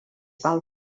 val